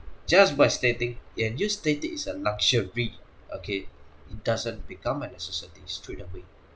just by stating and you stated it's a luxury okay it doesn't become a necessity straight away